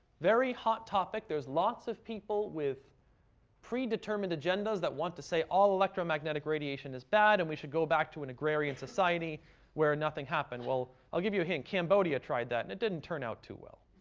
very hot topic. there's lots of people with predetermined agendas that want to say all electromagnetic radiation is bad and we should go back to an agrarian society where and nothing happened. well, i'll give you a hint, cambodia tried that and it didn't turn out too well.